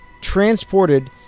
transported